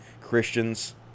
christians